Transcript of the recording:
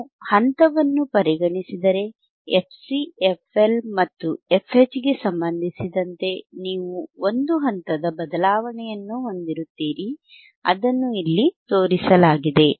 ನೀವು ಹಂತವನ್ನು ಪರಿಗಣಿಸಿದರೆ fc fL ಮತ್ತು fHಗೆ ಸಂಬಂಧಿಸಿದಂತೆ ನೀವು ಒಂದು ಹಂತದ ಬದಲಾವಣೆಯನ್ನು ಹೊಂದಿರುತ್ತೀರಿ ಅದನ್ನು ಇಲ್ಲಿ ತೋರಿಸಲಾಗಿದೆ